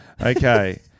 Okay